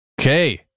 Okay